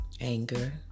anger